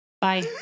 bye